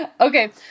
Okay